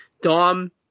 dom